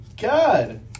god